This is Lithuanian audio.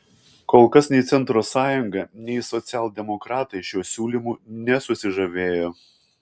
kol kas nei centro sąjunga nei socialdemokratai šiuo siūlymu nesusižavėjo